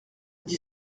dit